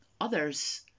others